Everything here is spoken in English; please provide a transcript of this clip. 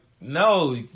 no